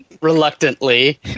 Reluctantly